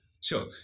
Sure